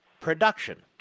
production